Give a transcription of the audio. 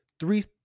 Three